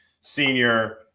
senior